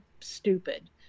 stupid